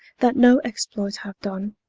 that no exploit haue done.